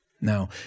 Now